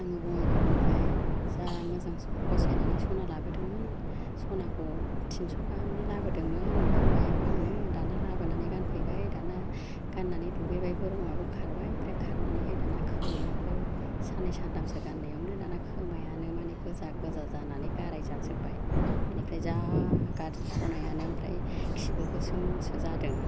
आङो बङाइगावनिफ्राइ जा मोजां फसायनानै सना लाबोदोंमोन सनाखौ तिनस' गाहामनि लाबोदोंमोन खोमायाव गानो दाना लाबोनानै गानफैबाय दाना गान्नानै दुगैबायबो रङाबो खारबाय आमफ्राइ खारनानैहाय दाना खोमायाबो सानै सान्थामसो गान्नायावनो दाना खोमायानो मानि गोजा गोजा जानानै गाराय जाजोबबाय बेनिफ्राइ जा गाज्रि सनायानो आमफ्राइ खिबो गोसोमसो जादों